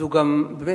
הוא גם זכות,